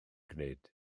gwneud